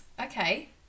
Okay